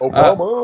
Obama